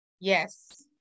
Yes